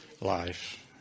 life